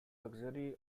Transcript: luxury